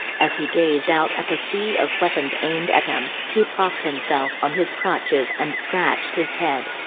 as he gazed out at the sea of weapons aimed at him, he propped himself on his crutches and scratched his head.